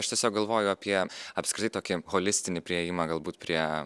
aš tiesiog galvoju apie apskritai tokį holistinį priėjimą galbūt prie